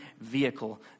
vehicle